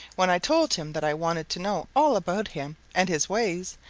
when i told him that i wanted to know all about him and his ways,